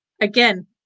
again